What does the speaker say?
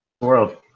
world